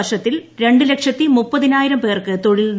വർഷത്തിൽ ര് ലക്ഷത്തി മുപ്പതിനായിരം പേർക്ക് തൊഴിൽ നൽകും